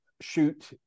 shoot